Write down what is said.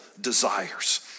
desires